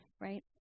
right